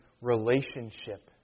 relationship